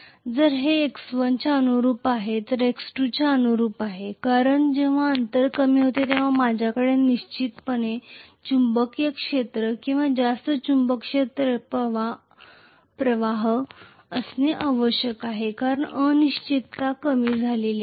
तर हे x1 च्या अनुरुप आहे हे x2 च्या अनुरुप आहे कारण जेव्हा अंतर कमी होते तेव्हा माझ्याकडे निश्चितपणे चुंबकीय क्षेत्र किंवा जास्त चुंबकीय प्रवाह असणे आवश्यक आहे कारण अनिश्चितता कमी झाली आहे